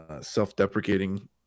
self-deprecating